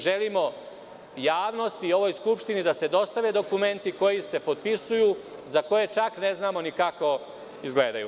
Želimo javnosti i Skupštini da se dostave dokumenti koji se potpisuju, za koje čak ne znamo ni kako izgledaju.